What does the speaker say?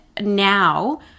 now